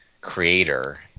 creator